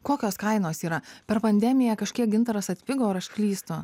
kokios kainos yra per pandemiją kažkiek gintaras atpigo ar aš klystu